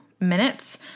minutes